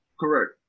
Correct